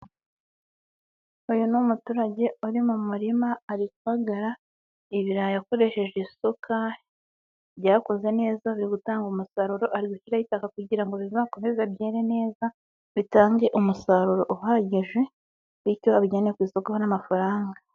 Uyu ni umuturage uri mu murima ari kubagara ibirayi akoresheje isuka byakuze neza, biri bigutanga umusaruro ari gushyiraho itaka kugira ngo bizakomeze byere neza bitange umusaruro uhagije bityo abijyane ku isoko abone amafaranga.